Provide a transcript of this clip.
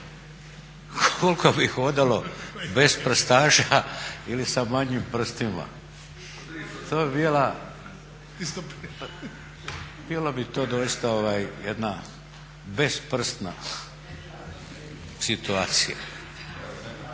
koliko bi hodalo bezprstaša ili sa manjim prstima. Bilo bi to doista jedna bezprstna situacija.